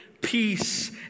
peace